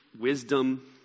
wisdom